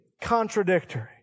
contradictory